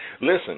Listen